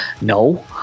no